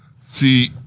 See